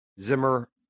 Zimmer